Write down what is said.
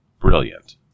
Brilliant